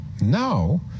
Now